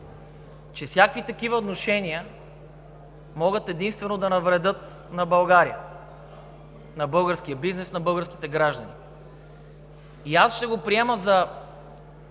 че всякакви такива отношения могат единствено да навредят на България, на българския бизнес, на българските граждани, и аз ще го приема